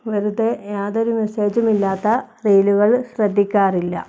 വെറുതെ യാതൊരു മെസ്സേജുമില്ലാത്ത റീലുകൾ ശ്രദ്ധിക്കാറില്ല